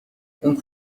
اون